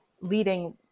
leading